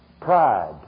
pride